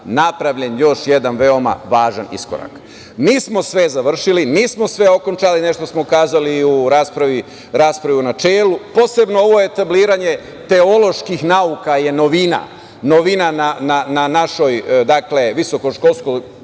napravljen još jedan veoma važan iskorak. Nismo sve završili, nismo sve okončali, nešto smo kazali i u raspravi u načelu. Posebno ovo etabliranje teoloških nauka je novina na našoj visokoškolskoj